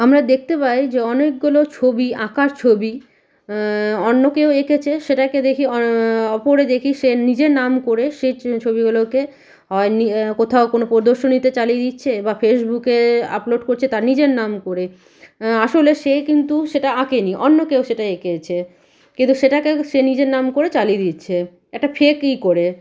আমরা দেখতে পাই যে অনেকগুলো ছবি আঁকার ছবি অন্য কেউ এঁকেছে সেটাকে দেখি অপরে দেখি সে নিজের নাম করে সে ছবিগুলোকে হ নিয়ে কোথাও কোনো প্রদর্শনীতে চালিয়ে দিচ্ছে বা ফেসবুকে আপলোড করছে তার নিজের নাম করে আসলে সে কিন্তু সেটা আঁকে নি অন্য কেউ সেটা এঁকেছে কিন্তু সেটাকে সে নিজের নাম করে চালিয়ে দিচ্ছে একটা ফেক ই করে